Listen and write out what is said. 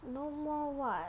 no more [what]